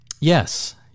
Yes